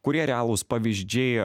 kurie realūs pavyzdžiai